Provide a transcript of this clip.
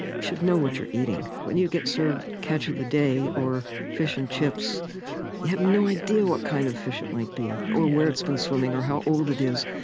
you should know what you're eating. when you get served catch of the day or fish and chips, you have no idea what kind of fish it might be or where it's been swimming or how old it is.